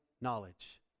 knowledge